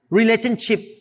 relationship